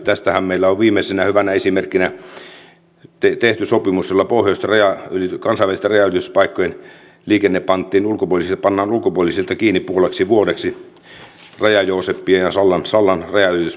tästähän meillä on viimeisenä hyvänä esimerkkinä tehty sopimus jolla pohjoisten kansainvälisten rajanylityspaikkojen liikenne pannaan ulkopuolisilta kiinni puoleksi vuodeksi raja joosepin ja sallan rajanylityspaikoilla